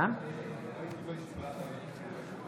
(קוראת בשמות חברי הכנסת)